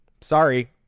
Sorry